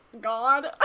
god